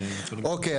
אוקיי.